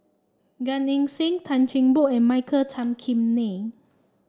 Gan Eng Seng Tan Cheng Bock and Michael Tan Kim Nei